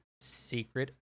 secret